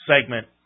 segment